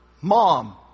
mom